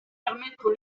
permettre